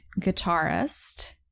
guitarist